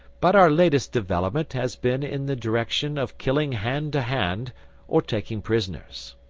but our latest development has been in the direction of killing hand to hand or taking prisoners.